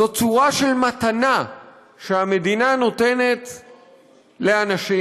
זו צורה של מתנה שהמדינה נותנת לאנשים,